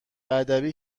ادبی